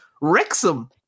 Wrexham